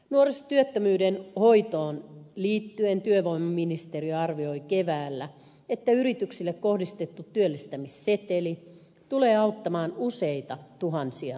nuorisotyöttömyyden hoitoon liittyen työministeri arvioi keväällä että yrityksille kohdistettu työllistämisseteli tulee auttamaan useita tuhansia nuoria